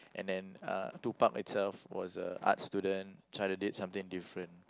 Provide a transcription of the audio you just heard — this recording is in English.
and then uh Tupac itself was a art student tried to do something different